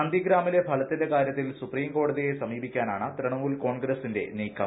നന്ദിഗ്രാമിലെ ഫലത്തിന്റെ കാര്യത്തിൽ സൂപ്രീംകോടതിയെ സമീപിക്കാനാണ് തൃണമൂൽ കോൺഗ്രസിന്റെ നീക്കം